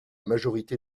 majorité